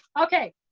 okay.